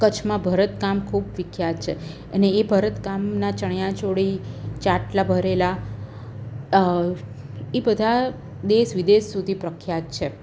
કચ્છમાં ભરત કામ ખૂબ વિખ્યાત છે અને એ ભરત કામનાં ચણીયા ચોળી ચાટલા ભરેલા એ બધા દેશ વિદેશ સુધી પ્રખ્યાત છે